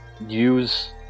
use